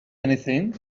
anything